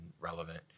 relevant